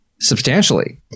substantially